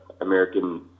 American